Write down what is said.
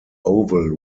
oval